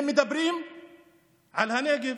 הם מדברים על הנגב,